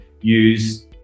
use